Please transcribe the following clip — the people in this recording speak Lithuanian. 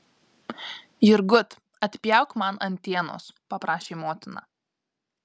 jurgut atpjauk man antienos paprašė motina